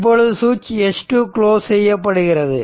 இப்பொழுது switch S2 close செய்யப்படுகிறது